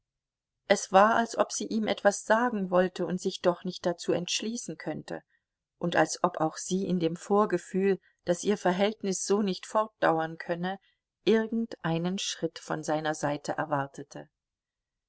es war als ob sie ihm etwas sagen wollte und sich doch nicht dazu entschließen könnte und als ob auch sie in dem vorgefühl daß ihr verhältnis so nicht fortdauern könne irgendeinen schritt von seiner seite erwartete